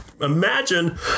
imagine